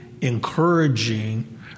encouraging